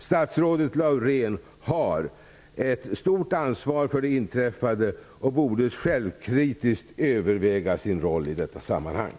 Statsrådet Laurén har ett stort ansvar för det inträffade, och hon borde självkritiskt överväga sin roll i detta sammanhang.